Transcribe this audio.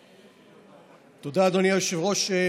תודה, אדוני היושב-ראש.